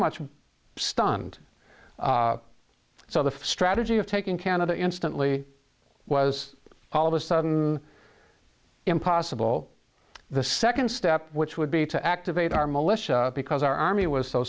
stunt so the strategy of taking canada instantly was all of a sudden impossible the second step which would be to activate our militia because our army was so